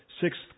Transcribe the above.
sixth